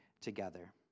together